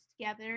together